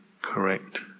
correct